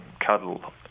cuddle